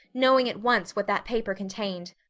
knowing at once what that paper contained.